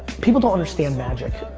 people don't understand magic.